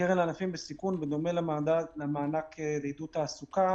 הקרן לענפים בסיכון, בדומה למענק לעידוד תעסוקה